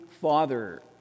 Father